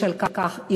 יש על כך ערעור,